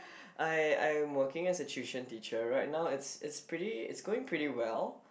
I I'm working as a tuition teacher right now it's it's pretty it's going pretty well